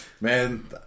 Man